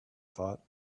thought